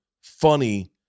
funny